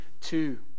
two